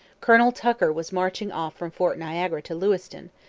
colonel tucker was marching off from fort niagara to lewiston,